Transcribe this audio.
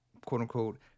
quote-unquote